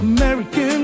American